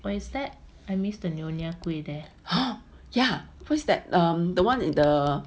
what is that yeah what's that the one with the